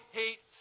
hate